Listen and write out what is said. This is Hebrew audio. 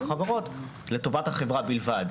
לטובת החברה בלבד.